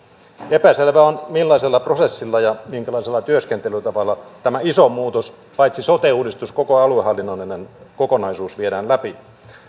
epäselvää on millaisella prosessilla ja minkälaisella työskentelytavalla tämä iso muutos paitsi sote uudistus koko aluehallinnollinen kokonaisuus viedään läpi